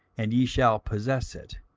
and ye shall possess it,